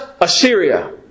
Assyria